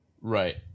Right